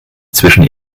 zwischen